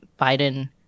biden